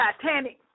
Titanic